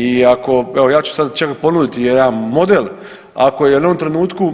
I ako, ja ću sad čak ponuditi jedan model ako je u jednom trenutku